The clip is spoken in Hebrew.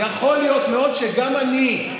שיכול להיות מאוד שגם אני,